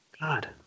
God